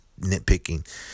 nitpicking